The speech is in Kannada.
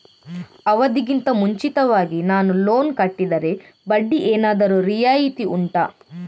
ಅವಧಿ ಗಿಂತ ಮುಂಚಿತವಾಗಿ ನಾನು ಲೋನ್ ಕಟ್ಟಿದರೆ ಬಡ್ಡಿ ಏನಾದರೂ ರಿಯಾಯಿತಿ ಉಂಟಾ